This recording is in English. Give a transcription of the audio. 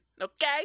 okay